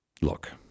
Look